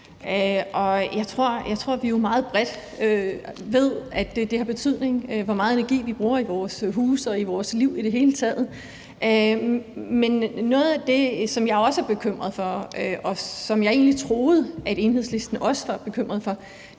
jeg tror, at vi jo meget bredt ved, at det har betydning, hvor meget energi vi bruger i vores huse og i vores liv i det hele taget. Men noget af det, som jeg også er bekymret for, og som jeg egentlig troede at Enhedslisten også var bekymret for,